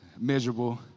miserable